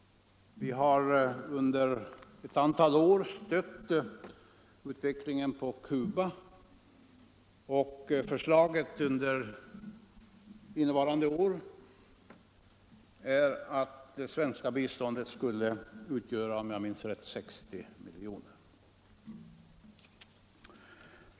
Vi har under ett antal år stött utvecklingen på Cuba. I budgetpropositionen föreslås för innevarande år att det svenska biståndet skall utgöra, om jag minns rätt, 60 miljoner.